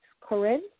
Corinne